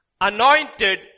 Anointed